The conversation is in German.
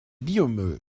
biomüll